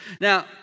Now